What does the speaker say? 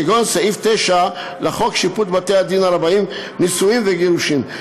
כגון סעיף 9 לחוק שיפוט בתי-דין רבניים (נישואין וגירושין).